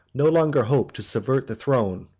no longer hoped to subvert the throne,